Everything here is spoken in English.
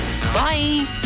Bye